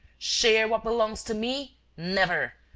share what belongs to me? never!